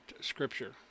Scripture